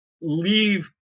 leave